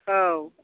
औ